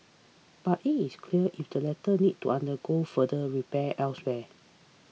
but it is clear if the latter need to undergo further repairs elsewhere